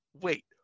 wait